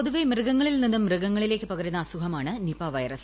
പൊതുവേ മൃഗങ്ങളിൽ നിന്നും മൃഗങ്ങളിലേക്ക് പകരുന്ന അസുഖമാണ് നിപ വൈറസ്